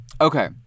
Okay